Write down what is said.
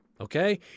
Okay